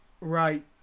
Right